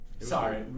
Sorry